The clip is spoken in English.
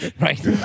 Right